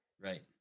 right